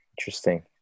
Interesting